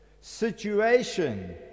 situation